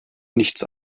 nichts